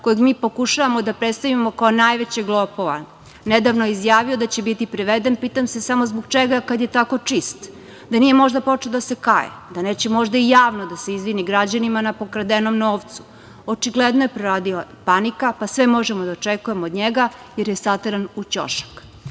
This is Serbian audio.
kojeg mi pokušavamo da predstavimo kao najvećeg lopova. Nedavno je izjavio da će biti priveden. Pitam se samo zbog čega, kad je tako čist. Da nije možda počeo da se kaje? Da neće možda i javno da se izvini građanima na pokradenom novcu? Očigledno je proradila panika, pa sve možemo da očekujemo od njega, jer je sateran u